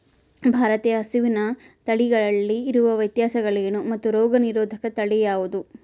ಭಾರತೇಯ ಹಸುವಿನ ತಳಿಗಳಲ್ಲಿ ಇರುವ ವ್ಯತ್ಯಾಸಗಳೇನು ಮತ್ತು ರೋಗನಿರೋಧಕ ತಳಿ ಯಾವುದು?